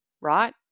right